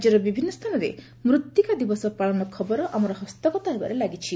ରାଜ୍ୟର ବିଭିନ୍ନ ସ୍ଥାନରେ ମୃତ୍ତିକା ଦିବସ ପାଳନ ଖବର ଆମର ହସ୍ତଗତ ହେବାରେ ଲାଗିଛି